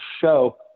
show